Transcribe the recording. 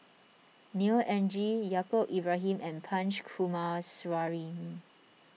Neo Anngee Yaacob Ibrahim and Punch Coomaraswamy